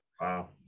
Wow